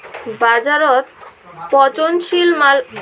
বাজারত পচনশীল মালপত্তর বিক্রি করিবার তানে সেরা সমাধান কি?